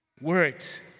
Words